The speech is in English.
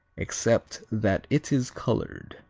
except that it is colored.